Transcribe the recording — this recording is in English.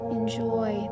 enjoy